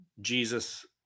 Jesus